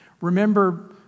Remember